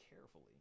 carefully